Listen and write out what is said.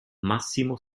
massimo